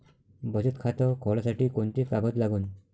बचत खात खोलासाठी कोंते कागद लागन?